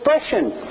expression